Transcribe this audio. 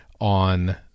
on